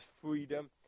freedom